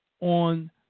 on